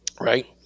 Right